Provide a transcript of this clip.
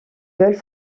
veulent